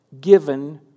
given